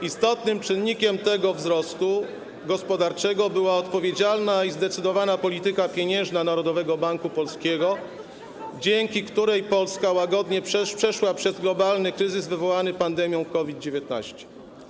Istotnym czynnikiem tego wzrostu gospodarczego była odpowiedzialna i zdecydowana polityka pieniężna Narodowego Banku Polskiego, dzięki której Polska łagodnie przeszła przez globalny kryzys wywołany pandemią COVID-19.